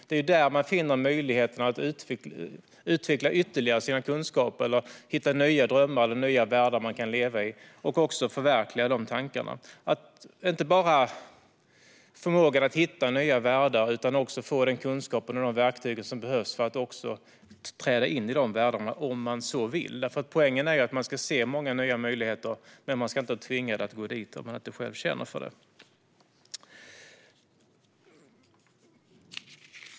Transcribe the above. Det är där man finner möjligheten att ytterligare utveckla sina kunskaper eller att hitta nya drömmar eller nya världar som man kan leva i. Det handlar också om att förverkliga tankar. Det handlar inte bara om förmågan att hitta nya världar utan också om att få den kunskap och de verktyg som behövs för att träda in i de världarna, om man så vill. Poängen är att man ska se många nya möjligheter, men man ska inte vara tvingad att gå dit om man inte själv känner för det.